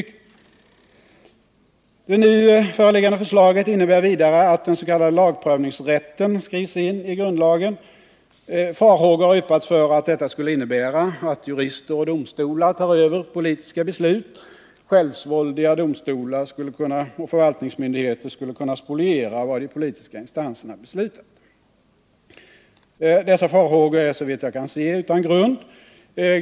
Det nu föreliggande förslaget innebär vidare att den s.k. lagprövningsrätten skrivs in i grundlagen. Farhågor har yppats för att detta skulle innebära att jurister och domstolar tar över politiska beslut. Självsvåldiga domstolar och förvaltningsmyndigheter skulle kunna spoliera vad de politiska instanserna beslutat. Dessa farhågor är såvitt jag kan se utan grund.